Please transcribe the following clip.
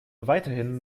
weiterhin